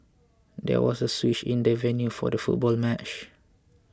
there was a switch in the venue for the football match